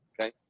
okay